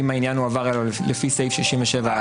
אם העניין הועבר אליו לפי סעיף 67(א)".